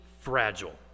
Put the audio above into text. fragile